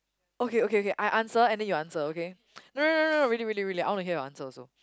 okay okay K I answer and then you answer okay no no no no really really really I want to hear your answer also